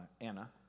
Anna